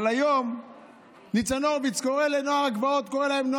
אבל היום ניצן הורוביץ קורא לנוער הגבעות,